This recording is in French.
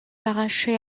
arrachées